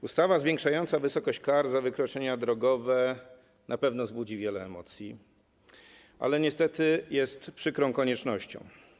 Ustawa zwiększająca wysokość kar za wykroczenia drogowe na pewno wzbudzi wiele emocji, ale niestety jest to przykra konieczność.